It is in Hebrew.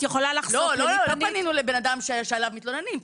לא, לא פנינו לבן-אדם שעליו מתלוננים.